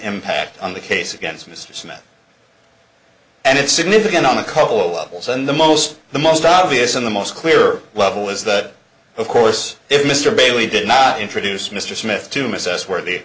impact on the case against mr smith and it's significant on a couple of levels and the most the most obvious and the most clear level is that of course if mr bailey did not introduce mr smith to miss us worthy